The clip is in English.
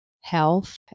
health